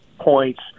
points